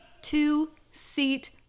two-seat